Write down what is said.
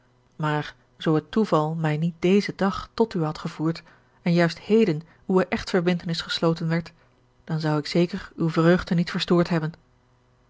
maar zoo het toeval mij niet dezen dag tot u had gevoerd en juist heden uwe echtverbindtenis gesloten werd dan zou ik zeker uwe vreugde niet verstoord hebben